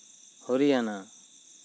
Haryana